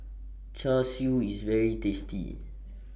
Char Siu IS very tasty